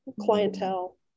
clientele